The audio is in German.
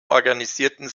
organisierten